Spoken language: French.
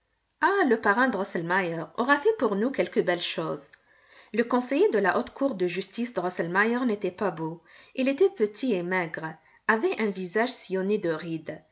ah le parrain drosselmeier aura fait pour nous quelque belle chose le conseiller de la haute cour de justice drosselmeier n'était pas beau il était petit et maigre avait un visage sillonné de rides